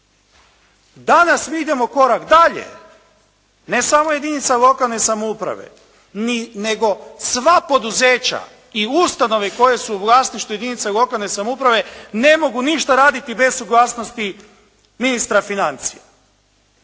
Danas mi idemo korak dalje, ne samo jedinica lokalne samouprave nego sva poduzeća i ustanove koje su u vlasništvu jedinica lokalne samouprave, ne mogu ništa raditi bez suglasnosti ministra financija.